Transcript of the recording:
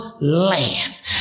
land